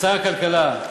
ושר הכלכלה,